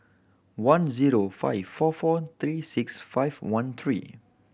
one zero five four four three six five one three